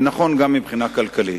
זה נכון גם מבחינה כלכלית.